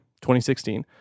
2016